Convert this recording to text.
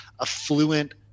affluent